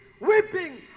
weeping